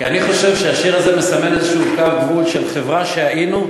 כי אני חושב שהשיר הזה מסמן איזשהו קו גבול של חברה שהיינו,